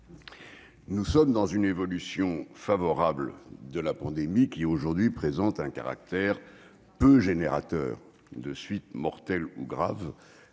nous connaissons une évolution favorable de la pandémie, qui, aujourd'hui, présente un caractère peu générateur de suites mortelles ou graves.